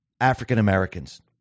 African-Americans